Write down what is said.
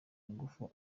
ingufu